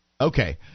Okay